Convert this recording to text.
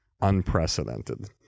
unprecedented